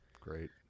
Great